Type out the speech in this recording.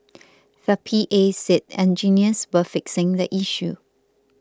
the P A said engineers were fixing the issue